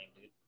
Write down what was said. dude